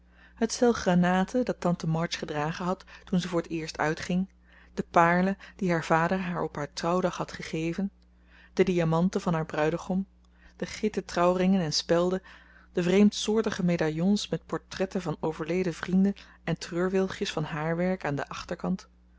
het stel granaten dat tante march gedragen had toen ze voor t eerst uitging de paarlen die haar vader haar op haar trouwdag had gegeven de diamanten van haar bruidegom de gitten trouwringen en spelden de vreemdsoortige medaillons met portretten van overleden vrienden en treurwilgjes van haarwerk aan den achterkant